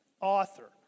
author